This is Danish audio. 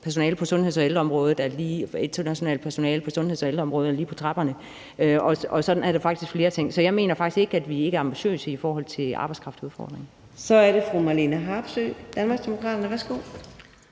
personale på sundheds- og ældreområdet er lige på trapperne. Sådan er der faktisk flere ting, så jeg mener ikke, at vi ikke ambitiøse i forhold til arbejdskraftudfordringen. Kl. 15:04 Fjerde næstformand (Karina